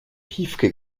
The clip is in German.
piefke